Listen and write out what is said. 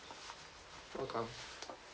welcome